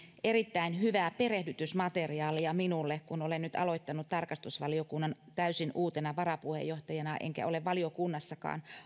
erittäin hyvää perehdytysmateriaalia minulle kun olen nyt aloittanut tarkastusvaliokunnan täysin uutena varapuheenjohtajana enkä ole valiokunnassa